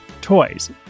toys